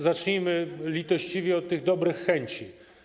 Zacznijmy litościwie od tych dobrych chęci.